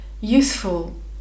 useful